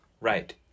Right